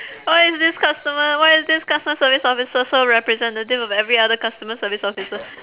how is this customer why is this customer service officer so representative of every other customer service officer